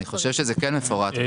אני חושב שזה כן מפורט.